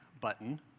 button